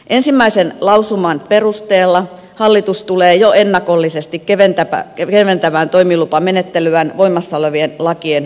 ensimmäisen lausuman perusteella hallitus tulee jo ennakollisesti keventämään toimilupamenettelyä voimassa olevien lakien mahdollistamalla tavalla